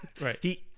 right